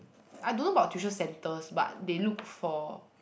I don't know about tuition centers but they look for